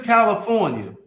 California